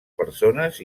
persones